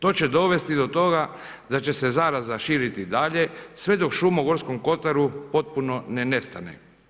To će dovesti do toga da će se zaraza širiti i dalje sve dok šuma u Gorskom kotaru potpuno ne nestane.